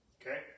Okay